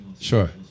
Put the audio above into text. sure